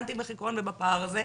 אנטי מחיקון ובפער הזה,